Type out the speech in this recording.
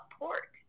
pork